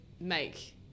make